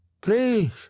Please